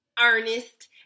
Ernest